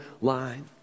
line